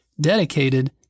dedicated